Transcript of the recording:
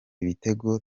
ibitego